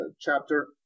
chapter